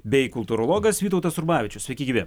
bei kultūrologas vytautas rubavičius sveiki gyvi